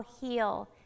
heal